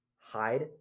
hide